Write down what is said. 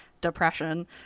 depression